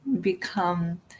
become